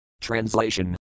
Translation